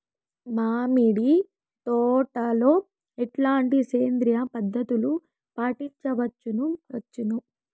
మామిడి తోటలో ఎట్లాంటి సేంద్రియ పద్ధతులు పాటించవచ్చును వచ్చును?